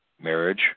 marriage